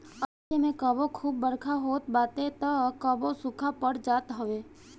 अइसे में कबो खूब बरखा होत बाटे तअ कबो सुखा पड़ जात हवे